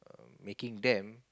making them